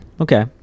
Okay